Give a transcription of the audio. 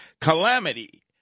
Calamity